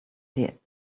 did